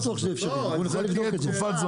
לא בטוח שזה אפשרי, צריך לבדוק את זה.